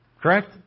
Correct